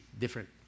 different